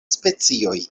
specioj